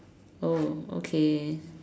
oh okay